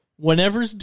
Whenever